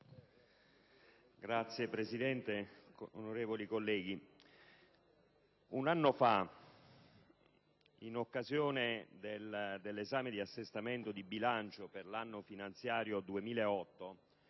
Signora Presidente, onorevoli colleghi, un anno fa, in occasione dell'esame dell'assestamento di bilancio per l'anno finanziario 2008,